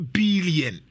billion